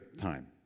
time